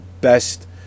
best